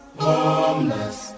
homeless